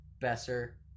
Besser